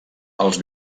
els